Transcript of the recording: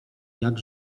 jak